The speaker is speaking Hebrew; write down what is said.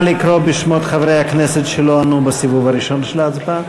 נא לקרוא בשמות חברי הכנסת שלא ענו בסיבוב הראשון של ההצבעה.